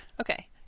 Okay